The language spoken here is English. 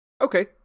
Okay